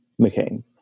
McCain